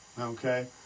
Okay